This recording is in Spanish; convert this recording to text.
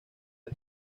del